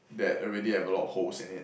that already have a lot of holes in it